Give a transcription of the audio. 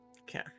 Okay